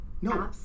No